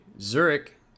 Zurich